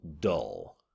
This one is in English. dull